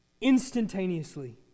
instantaneously